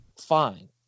fine